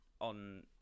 on